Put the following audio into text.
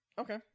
Okay